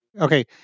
Okay